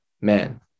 man